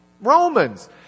Romans